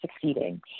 succeeding